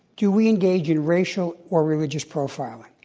do we engage in racial or religious profiling?